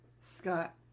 Scott